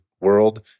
world